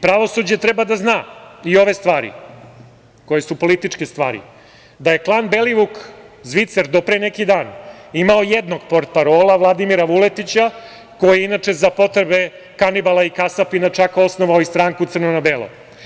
Pravosuđe treba da zna i ove stvari, koje su političke stvari, da je klan Belivuk Zvicer do pre neki dan imao jednog portparola Vladimira Vuletića koji je inače za potrebe kanibala i kasapina osnovao stranku „Crno na belo“